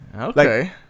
okay